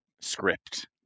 script